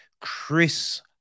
Chris